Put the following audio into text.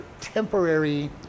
temporary